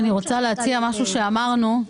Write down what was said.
אני רוצה להציע משהו שאמרנו פעם שעברה.